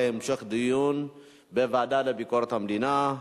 להמשך דיון בוועדה לביקורת המדינה.